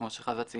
כמו שחוה ציינה,